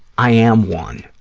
i am one,